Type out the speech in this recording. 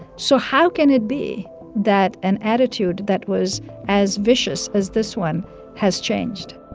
so how can it be that an attitude that was as vicious as this one has changed?